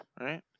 Right